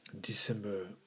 December